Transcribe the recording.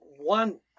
one